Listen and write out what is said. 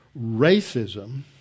racism